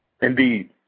Indeed